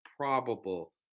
Probable